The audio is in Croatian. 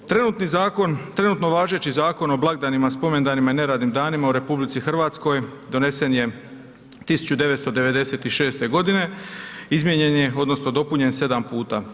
Trenutni zakon, trenutno važeći Zakon o blagdanima, spomendanima i neradnim danima u RH donesen je 1996. g., izmijenjen je odnosno dopunjen 7 puta.